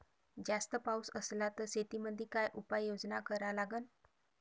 जास्त पाऊस असला त शेतीमंदी काय उपाययोजना करा लागन?